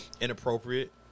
inappropriate